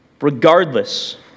regardless